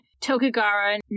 Tokugawa